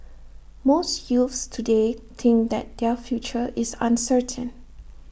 most youths today think that their future is uncertain